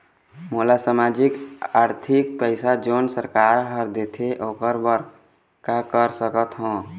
मोला सामाजिक आरथिक पैसा जोन सरकार हर देथे ओकर बर का कर सकत हो?